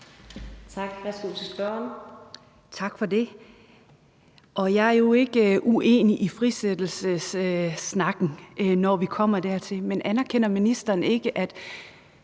Berg Andersen (SF): Tak for det. Jeg er jo ikke uenig i frisættelsessnakken, når vi kommer dertil. Men anerkender ministeren ikke, at